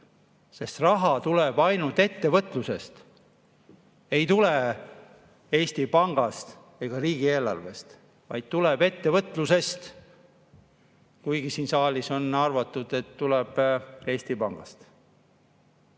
sest raha tuleb ainult ettevõtlusest. Ei tule Eesti Pangast ega riigieelarvest, vaid tuleb ettevõtlusest, kuigi siin saalis on arvatud, et tuleb Eesti Pangast.